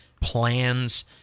plans